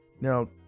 Now